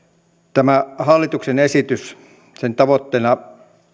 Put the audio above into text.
tämän hallituksen esityksen tavoitteena